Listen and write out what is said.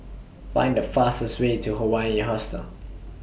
Find The fastest Way to Hawaii Hostel